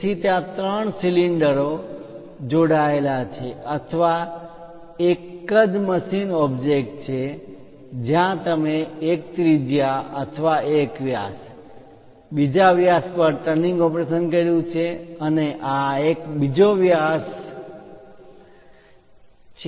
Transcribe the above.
તેથી ત્યાં ત્રણ સિલિન્ડરો નળાકાર જોડાયેલા છે અથવા એક જ મશીન ઓબ્જેક્ટ છે જ્યાં તમે એક ત્રિજ્યા અથવા એક વ્યાસ બીજા વ્યાસ પર ટર્નિંગ ઓપરેશન કર્યું છે અને આ એક બીજો વ્યાસ છે